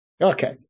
Okay